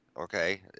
Okay